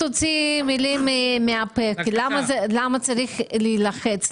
למה צריך להילחץ,